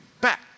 back